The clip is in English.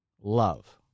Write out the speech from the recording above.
love